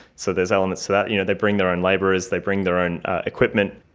so there's elements to that. you know, they bring their own labourers, they bring their own equipment.